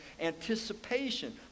anticipation